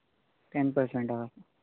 ten percent हय